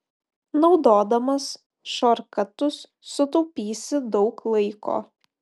naudodamas šortkatus sutaupysi daug laiko